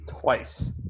Twice